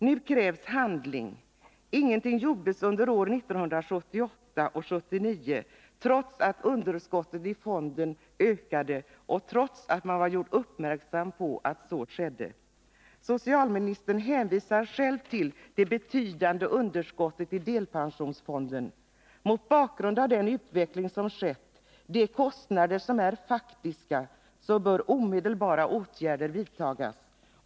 Nu krävs handling. Ingenting gjordes under åren 1978 och 1979 trots att underskottet i fonden ökade och trots att man uppmärksammats på att så skedde. Socialministern hänvisar själv till det betydande underskottet i delpensionsfonden. Mot bakgrund av den utveckling som skett och mot bakgrund av de faktiska kostnaderna bör omedelbara åtgärder vidtagas.